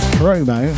promo